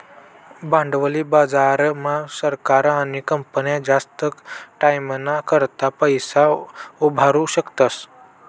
भांडवली बाजार मा सरकार आणि कंपन्या जास्त टाईमना करता पैसा उभारु शकतस